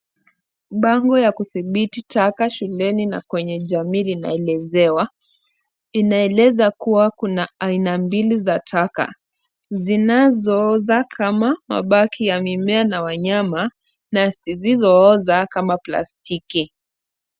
Bango ya kudhibiti taka shuleni na kwenye jamii inaelezewa ,inaeleza kua kuna aina mbili za taka zinazooza kama mabaki ya mimea na wanyama na sizizooza kama plastiki .